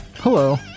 Hello